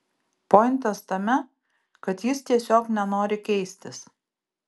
pointas tame kad jis tiesiog nenori keistis